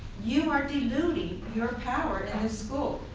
you are deluding your power in this school.